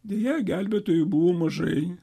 deja gelbėtojų buvo mažai